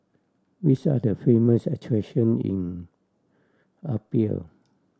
which are the famous attraction in Apia